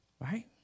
right